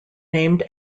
named